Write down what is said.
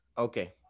Okay